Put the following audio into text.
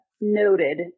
noted